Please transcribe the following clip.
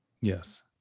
Yes